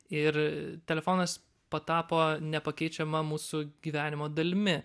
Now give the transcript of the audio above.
ir telefonas patapo nepakeičiama mūsų gyvenimo dalimi